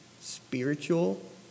spiritual